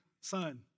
son